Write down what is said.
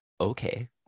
okay